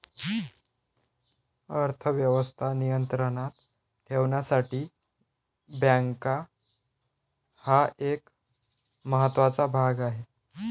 अर्थ व्यवस्था नियंत्रणात ठेवण्यासाठी बँका हा एक महत्त्वाचा भाग आहे